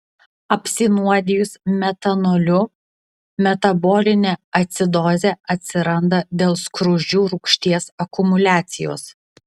apsinuodijus metanoliu metabolinė acidozė atsiranda dėl skruzdžių rūgšties akumuliacijos